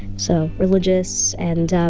so religious and